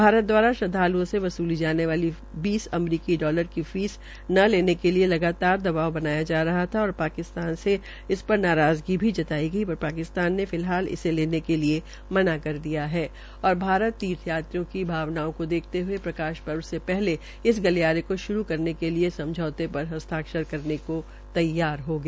भारत द्वारा श्रद्वाल्ओं से वसूली जाने वाली बीस अमरीकी डालर की फीस न लेने के लिए लगातार दवाब बनाया जा रहा था और पाकिस्तान से इस बार नराज़गी भी जताई गई पर पाकिस्तान ने फिल्हाल इसे लेने के लिये मना कर दिया है और भारत तीर्थयों को भावनाओं को देखते हये प्रकाशपर्व से पहले इस गलियारे को श्रू करने के लिए समझौते पर हस्ताक्षर करने को तैयार हो गया